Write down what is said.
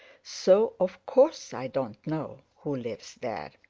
so of course i don't know who lives there.